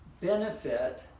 benefit